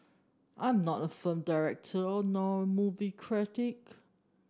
I'm not a film director or nor a movie critic